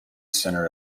center